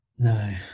No